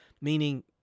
Meaning